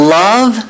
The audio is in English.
love